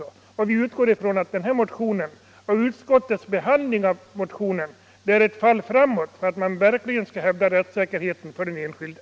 Vi utgår ifrån att den här motionen och utskottets behandling av den är ett fall framåt och att man verkligen skall hävda rättssäkerheten för den enskilde.